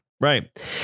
Right